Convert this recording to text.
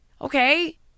Okay